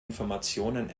informationen